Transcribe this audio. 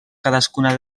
cadascuna